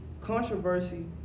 controversy